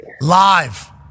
live